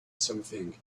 something